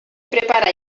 prepara